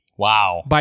Wow